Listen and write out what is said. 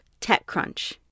TechCrunch